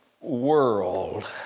world